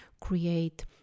create